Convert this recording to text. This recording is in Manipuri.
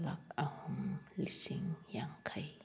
ꯂꯥꯛ ꯑꯍꯨꯝ ꯂꯤꯁꯤꯡ ꯌꯥꯡꯈꯩ